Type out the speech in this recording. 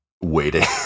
waiting